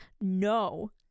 no